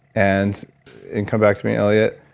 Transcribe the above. and and come back to me elliott,